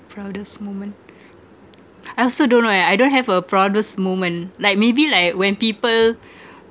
proudest moment I also don't know eh I don't have a proudest moment like maybe like when people